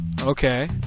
Okay